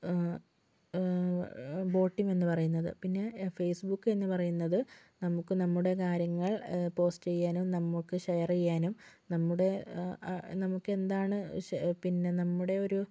Botim എന്ന് പറയുന്നത് പിന്നെ ഫേസ്ബുക്ക് എന്ന് പറയുന്നത് നമുക്ക് നമ്മുടെ കാര്യങ്ങൾ പോസ്റ്റ് ചെയ്യാനും നമുക്ക് ഷെയർ ചെയ്യാനും നമ്മുടെ നമുക്ക് എന്താണ് പിന്നെ നമ്മുടെ ഒരു